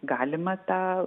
galimą tą